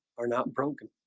are not broken